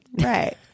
Right